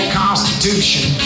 constitution